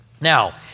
Now